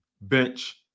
bench